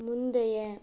முந்தைய